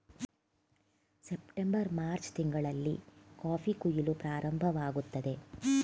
September March ತಿಂಗಳಲ್ಲಿ coffee ಕುಯಿಲು ಪ್ರಾರಂಭವಾಗುತ್ತದೆ